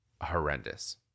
horrendous